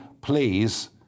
please